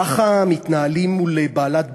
ככה מתנהלים מול בעלת ברית?